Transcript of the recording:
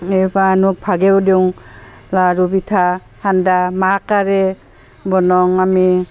এইবোৰ আনক ভাগেও দিওঁ লাড়ু পিঠা সান্দা মাকাৰেই বনাওঁ আমি